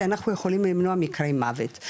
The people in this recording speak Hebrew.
כי אנחנו יכולים למנוע מקרי מוות.